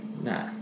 Nah